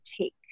take